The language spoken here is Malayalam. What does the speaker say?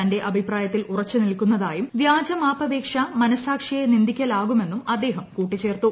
തന്റെ അഭിപ്രായത്തിൽ ഉറച്ച് നിൽക്കുന്നതായും വൃാജ മാപ്പപേക്ഷ മനസാക്ഷിയെ നിന്ദിക്കലാകുമെന്നും അദ്ദേഹം കൂട്ടിച്ചേർത്തു